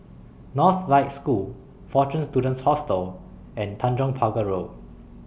Northlight School Fortune Students Hostel and Tanjong Pagar Road